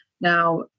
now